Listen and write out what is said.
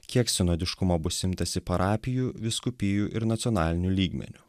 kiek sinodiškumo bus imtasi parapijų vyskupijų ir nacionaliniu lygmeniu